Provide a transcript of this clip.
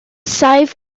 saif